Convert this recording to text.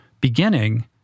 beginning